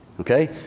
Okay